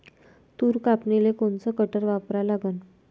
तूर कापनीले कोनचं कटर वापरा लागन?